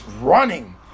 running